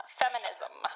feminism